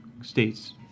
states